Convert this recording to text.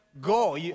go